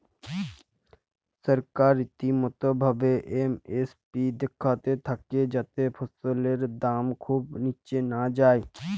সরকার রীতিমতো ভাবে এম.এস.পি দ্যাখতে থাক্যে যাতে ফসলের দাম খুব নিচে না যায়